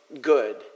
good